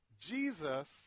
Jesus